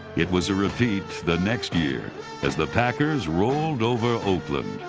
it was a repeat the next year, as the packers rolled over oakland.